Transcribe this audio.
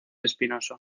espinoso